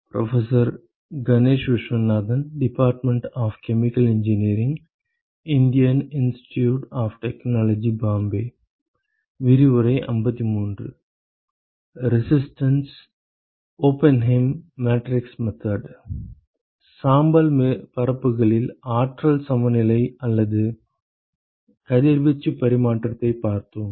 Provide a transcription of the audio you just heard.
resistances Oppenheim matrix method சாம்பல் பரப்புகளில் ஆற்றல் சமநிலை அல்லது கதிர்வீச்சு பரிமாற்றத்தைப் பார்த்தோம்